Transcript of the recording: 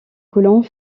colons